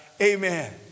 Amen